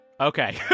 Okay